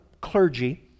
clergy